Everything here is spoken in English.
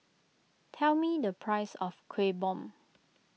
tell me the price of Kuih Bom